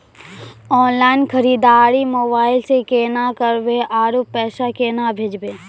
Online खरीददारी mobile से केना करबै, आरु पैसा केना भेजबै?